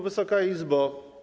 Wysoka Izbo!